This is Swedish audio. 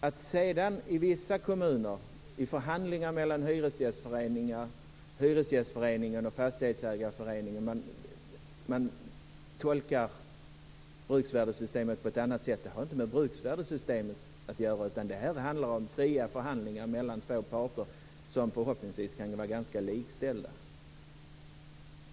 Att man sedan i vissa kommuner i förhandlingar mellan hyresgästföreningen och fastighetsägarföreningen tolkar bruksvärdesprincipen på ett annat sätt har inte med bruksvärdessystemet att göra. Det handlar om fria förhandlingar mellan två parter som förhoppningsvis kan vara ganska likställda.